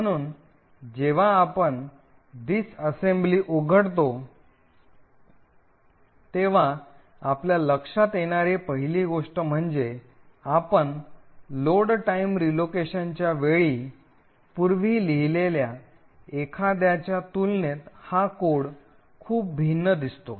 म्हणून जेव्हा आपण disassembly उघडतो तेव्हा आपल्या लक्षात येणारी पहिली गोष्ट म्हणजे आपण लोड टाइम रीलोकेशनच्या वेळी पूर्वी पाहिलेल्या एखाद्याच्या तुलनेत हा कोड खूप भिन्न दिसतो